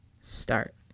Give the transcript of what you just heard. start